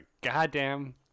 goddamn